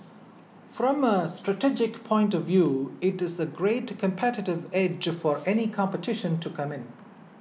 from a strategic point of view it's a great competitive edge for any competition to come in